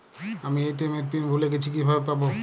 আমি এ.টি.এম এর পিন ভুলে গেছি কিভাবে পাবো?